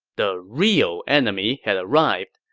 the real enemy had arrived.